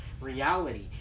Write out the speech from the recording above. reality